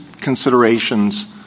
considerations